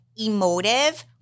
emotive